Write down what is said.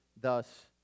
thus